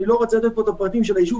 אני לא רוצה לתת כאן את הפרטים של הישוב,